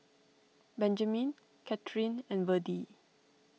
Benjamin Kathyrn and Verdie